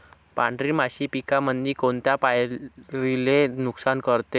पांढरी माशी पिकामंदी कोनत्या पायरीले नुकसान करते?